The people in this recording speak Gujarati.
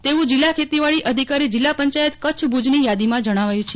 તેવું જિલ્લા ખેતીવાડી અધિકારીજિલ્લા્ પંચાયતકચ્છ ભુજની યાદીમાં જણાવાયું છે